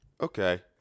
Okay